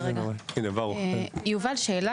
יובל, שאלה